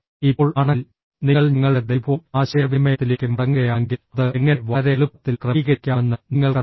ഇപ്പോൾ ആണെങ്കിൽ നിങ്ങൾ ഞങ്ങളുടെ ടെലിഫോൺ ആശയവിനിമയത്തിലേക്ക് മടങ്ങുകയാണെങ്കിൽ അത് എങ്ങനെ വളരെ എളുപ്പത്തിൽ ക്രമീകരിക്കാമെന്ന് നിങ്ങൾക്കറിയാം